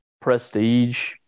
prestige